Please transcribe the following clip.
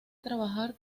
trabajar